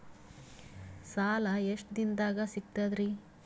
ಸಾಲಾ ಎಷ್ಟ ದಿಂನದಾಗ ಸಿಗ್ತದ್ರಿ?